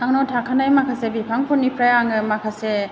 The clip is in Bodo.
आंनाव थाखानाय माखासे बिफांफोरनिफ्राय आङो माखासे